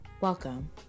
Welcome